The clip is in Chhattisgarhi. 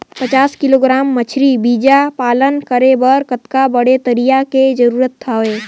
पचास किलोग्राम मछरी बीजा पालन करे बर कतका बड़े तरिया के जरूरत हवय?